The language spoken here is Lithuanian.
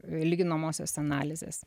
lyginamosios analizės